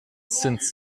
since